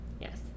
yes